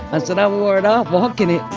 i said i wore it out walking.